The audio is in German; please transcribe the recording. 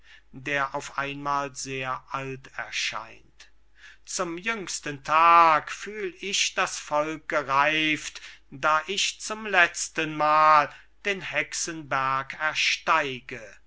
mephistopheles auf einmal sehr alt erscheint zum jüngsten tag fühl ich das volk gereift da ich zum letztenmal den hexenberg ersteige